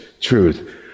truth